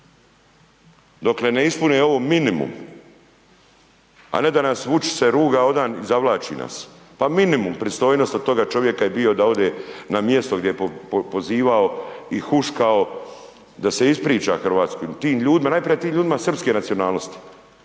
Dokle ne ispune ovo minimum, a ne da nam Vučić se ruga odan i zavlači nas. Pa minimum pristojnosti od toga čovjeka je bio da ode na mjesto gdje je pozivao i huškao, da se ispriča Hrvatskoj. Tim ljudima, najprije tim ljudima srpske nacionalnosti,